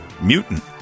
mutant